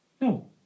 No